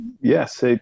Yes